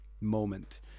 moment